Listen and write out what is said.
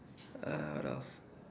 uh what else